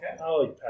Okay